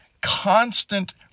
constant